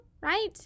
right